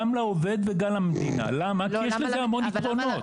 גם לעובד וגם למדינה כי יש לזה המון ביטחונות.